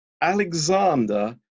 Alexander